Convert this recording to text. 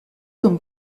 comme